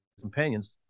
companions